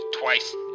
twice